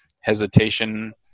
hesitation